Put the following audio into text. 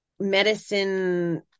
medicine